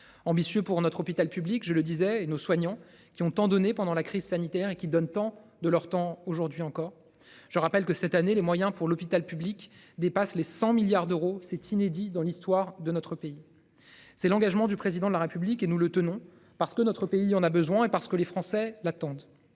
ambitieux pour notre hôpital public. Je le disais et nos soignants qui ont tant donné pendant la crise sanitaire et qui donne tant de leur temps. Aujourd'hui encore, je rappelle que cette année les moyens pour l'hôpital public dépasse les 100 milliards d'euros. C'est inédit dans l'histoire de notre pays. C'est l'engagement du président de la République et nous le tenons parce que notre pays en a besoin et parce que les Français l'attendent.